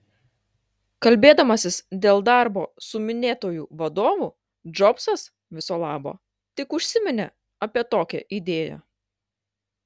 kalbėdamasis dėl darbo su minėtuoju vadovu džobsas viso labo tik užsiminė apie tokią idėją